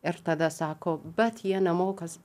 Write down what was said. ir tada sako bet jie nemoka